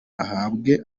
ahabwe